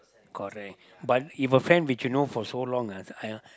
correct but if a friend which you know for so long ah I uh